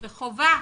וחובה